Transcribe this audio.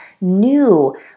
new